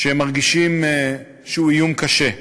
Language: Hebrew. שהם מרגישים שהוא איום קשה.